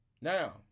now